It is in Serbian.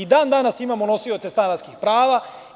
Dan danas imamo nosioce stanarskih prava.